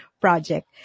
Project